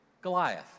Goliath